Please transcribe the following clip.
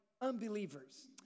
unbelievers